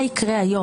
בלי איזונים,